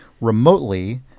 remotely